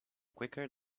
quicker